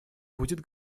будет